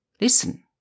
Listen